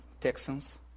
Texans